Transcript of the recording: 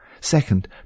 Second